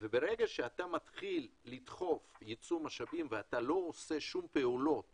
ברגע שאתה מתחיל לדחוף ייצוא משאבים ואתה לא עושה שום פעולות